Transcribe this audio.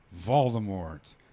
voldemort